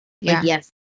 yes